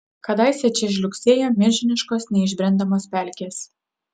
kadaise čia žliugsėjo milžiniškos neišbrendamos pelkės